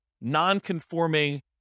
non-conforming